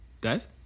Dave